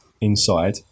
inside